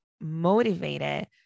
motivated